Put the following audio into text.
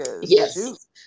Yes